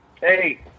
hey